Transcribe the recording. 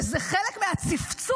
וזה חלק מהצפצוף,